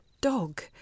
dog